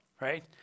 right